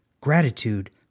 Gratitude